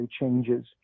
changes